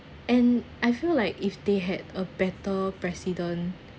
and I feel like if they had a better president